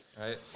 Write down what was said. Right